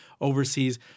overseas